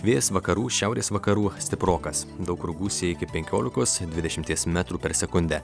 vėjas vakarų šiaurės vakarų stiprokas daug kur gūsiai iki penkiolikos dvidešimties metrų per sekundę